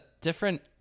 different